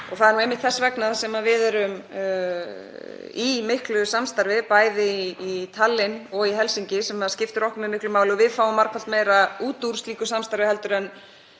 og það er einmitt þess vegna sem við erum í miklu samstarfi bæði í Tallinn og Helsinki, sem skiptir okkur miklu máli og við fáum margfalt meira út úr slíku samstarfi en